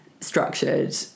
structured